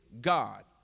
God